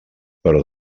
però